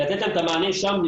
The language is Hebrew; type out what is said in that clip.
לתת להם את המענה שם.